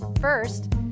First